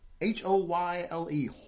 H-O-Y-L-E